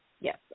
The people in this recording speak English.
yes